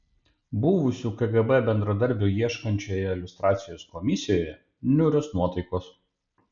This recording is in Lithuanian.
buvusių kgb bendradarbių ieškančioje liustracijos komisijoje niūrios nuotaikos